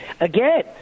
Again